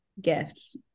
gift